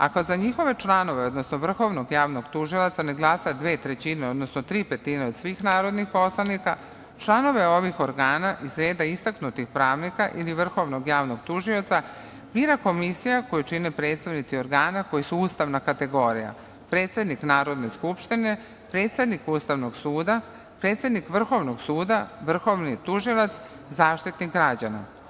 Ako za njihove članove, odnosno vrhovnog javnog tužioca ne glasa dve trećine, odnosno tri petine od svih narodnih poslanika članove ovih organa iz reda istaknutih pravnika ili vrhovnog javnog tužioca bira komisija koju čine predstavnici organa koji su ustavna kategorija: predsednik Narodne skupštine, predsednik Ustavnog suda, predsednik Vrhovnog suda, vrhovni tužilac, Zaštitnik građana.